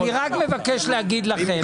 אני רק מבקש להגיד לכם,